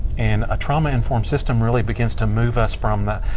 and a trauma informed system really begins to move us from